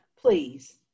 Please